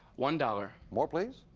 one dollar. more, please.